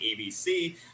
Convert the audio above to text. ABC